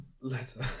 letter